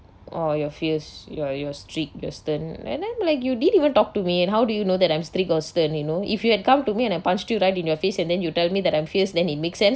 oh you are fierce you are you are strict you are stern and I'm like you didn't even talk to me and how do you know that I'm strict or stern you know if you had come to me and I punched you right in your face and then you tell me that I'm fierce then it makes sense